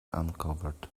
uncovered